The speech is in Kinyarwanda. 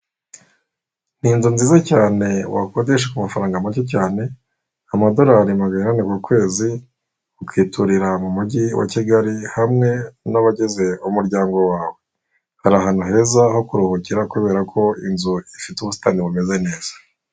Ni inzu nziza cyane wakodesha ku mafaranga make cyane amadorari magana inani buri kwezi, ukiturira mu mujyi wa Kigali, hamwe nabagize umuryango wawe, hari ahantu heza ho kuruhukira kubera ko inzu ifite ubusitani bumeze neza.